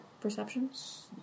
Perceptions